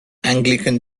anglican